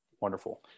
Wonderful